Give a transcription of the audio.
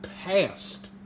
passed